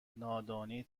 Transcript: نادانی